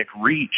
reach